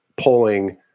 pulling